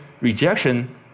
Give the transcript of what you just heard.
rejection